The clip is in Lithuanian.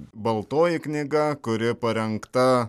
baltoji knyga kuri parengta